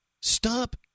stop